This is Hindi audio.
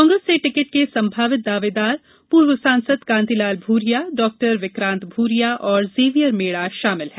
कांग्रेस से टिकट के संभावित दावेदार पूर्व सांसद कांतिलाल भूरिया डॉक्टर विकांत भूरिया और जेवियर मेड़ा शामिल हैं